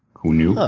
who knew?